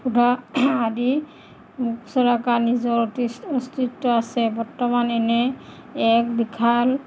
সোধা আদি চৰাকা নিজৰ অতি অস্তিত্ব আছে বৰ্তমান এনেই এক বিশাল